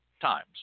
times